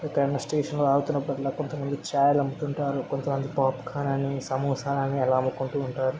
కానీ స్టేషన్లో ఆగుతున్నపుడల్లా కొంతమంది చాయ్లు అమ్ముతుంటారు కొంతమంది పాప్కార్న్ అని సమోసాలని అలా అమ్ముకుంటూ ఉంటారు